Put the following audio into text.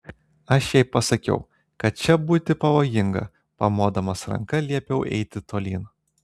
aš jai pasakiau kad čia būti pavojinga pamodamas ranka liepiau eiti tolyn